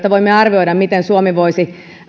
voimme arvioida miten suomi voisi